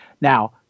Now